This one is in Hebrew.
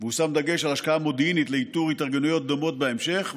והושם דגש על השקעה מודיעינית לאיתור התארגנויות דומות בהמשך.